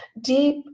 deep